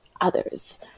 others